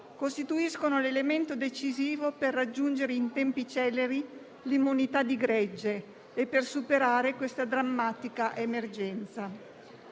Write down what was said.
costituiscono l'elemento decisivo per raggiungere in tempi celeri l'immunità di gregge e per superare questa drammatica emergenza.